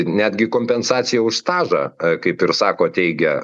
netgi kompensacija už stažą kaip ir sako teigia